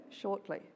shortly